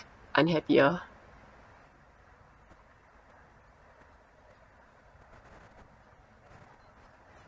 unhappier uh